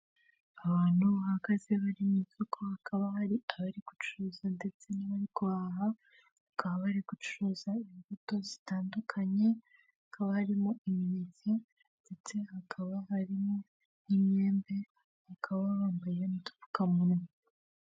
Abantu bahagaze bari mu isoko hakaba hari abari gucuruza ndetse n'abari guhaha, bakaba bari gucuruza imbuto zitandukanye harimo imineke ndetse hakaba harimo n'imyembe bakaba bambaye n'utupfukamunwa.